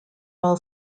all